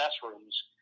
classrooms